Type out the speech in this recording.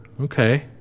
okay